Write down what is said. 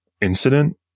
incident